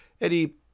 Eddie